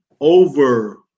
over